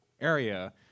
area